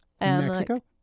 Mexico